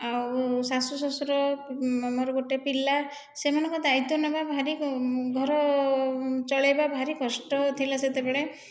ଆଉ ଶାଶୁ ଶଶୁର ମୋର ଗୋଟିଏ ପିଲା ସେମାନଙ୍କ ଦାୟିତ୍ଵ ନେବା ଭାରି ଘର ଚଳାଇବା ଭାରି କଷ୍ଟ ଥିଲା ସେତେବେଳେ